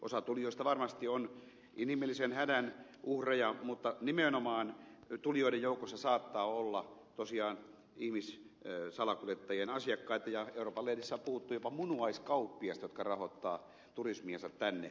osa tulijoista varmasti on inhimillisen hädän uhreja mutta nimenomaan tulijoiden joukossa saattaa olla tosiaan ihmissalakuljettajien asiakkaita ja euroopan lehdissä on puhuttu jopa munuaiskauppiaista jotka rahoittavat turismiansa tänne